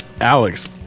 Alex